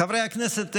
חברי הכנסת,